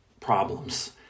problems